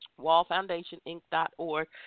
wallfoundationinc.org